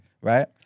right